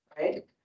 Right